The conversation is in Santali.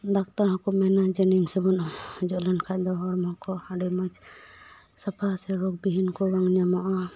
ᱰᱟᱠᱛᱟᱨ ᱦᱚᱸᱠᱚ ᱢᱮᱱᱟ ᱡᱮ ᱱᱤᱢ ᱥᱟᱵᱚᱱ ᱚᱡᱚᱜ ᱞᱮᱱ ᱠᱷᱟᱡ ᱫᱚ ᱦᱚᱲᱢᱚ ᱠᱚ ᱟᱰᱤ ᱢᱚᱡᱽ ᱥᱟᱯᱷᱟᱜᱼᱟ ᱥᱮ ᱨᱳᱜᱽ ᱵᱤᱦᱤᱱ ᱠᱚ ᱵᱟᱝ ᱧᱟᱢᱚᱜᱼᱟ